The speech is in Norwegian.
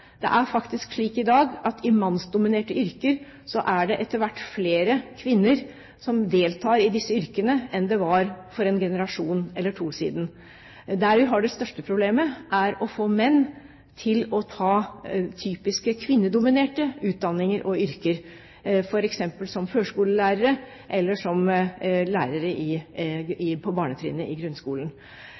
Det er faktisk slik i dag at når det gjelder mannsdominerte yrker, er det etter hvert flere kvinner som deltar i disse yrkene enn det var for en generasjon eller to siden. Det største problemet er å få menn til å ta typisk kvinnedominerte utdanninger og yrker, f.eks. som førskolelærere eller som lærere på barnetrinnet i grunnskolen.